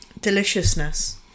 Deliciousness